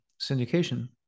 syndication